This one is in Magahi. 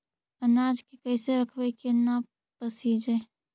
अनाज के कैसे रखबै कि न पसिजै?